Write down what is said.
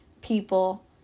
people